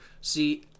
See